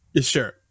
Sure